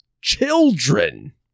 children